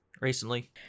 recently